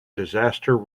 disaster